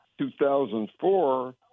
2004